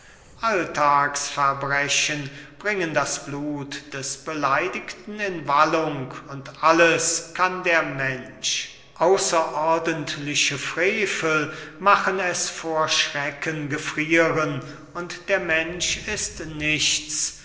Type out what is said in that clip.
alltagsverbrechen bringen das blut des beleidigten in wallung und alles kann der mensch außerordentliche frevel machen es vor schrecken gefrieren und der mensch ist nichts